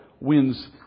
wins